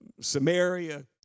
Samaria